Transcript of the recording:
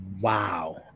Wow